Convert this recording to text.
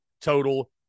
total